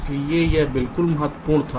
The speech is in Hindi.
इसलिए यह बिल्कुल महत्वपूर्ण था